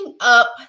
up